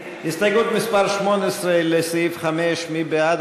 הסתייגות מס' 18, לסעיף 5, מי בעד?